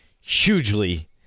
hugely